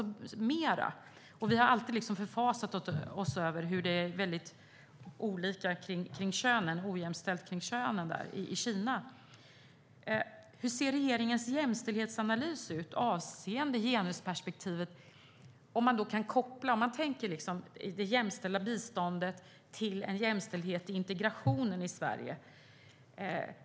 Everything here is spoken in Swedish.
I Sverige är det alltså större skillnad. Och vi har alltid förfasat oss över ojämställdheten i Kina. Hur ser regeringens jämställdhetsanalys ut avseende genusperspektivet? Kan man koppla det jämställda biståndet till en jämställd integration i Sverige?